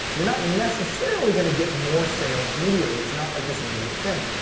you're not necessarily going to get more sales immediately. it's not like this immediate thing.